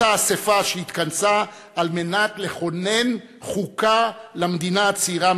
אותה אספה שהתכנסה כדי לכונן חוקה למדינה הצעירה,